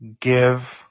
give